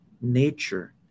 nature